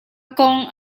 kong